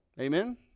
Amen